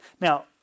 Now